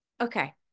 Okay